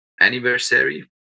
anniversary